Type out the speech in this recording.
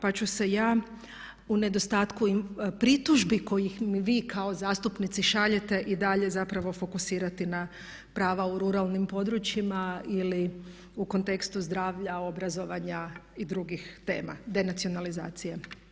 Pa ću se ja u nedostatku pritužbi kojih mi vi kao zastupnici šaljete i dalje zapravo fokusirati na prava u ruralnim područjima ili u kontekstu zdravlja, obrazovanja i drugih tema denacionalizacije.